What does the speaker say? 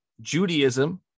Judaism